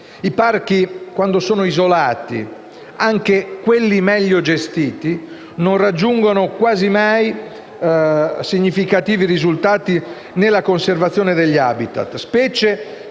I parchi, quando sono isolati, anche quelli meglio gestiti, non raggiungono quasi mai significativi risultati nella conservazione degli habitat, specie